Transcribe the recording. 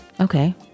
Okay